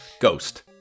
ghost